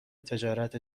تجارت